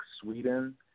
Sweden